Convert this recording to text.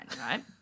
right